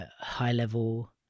high-level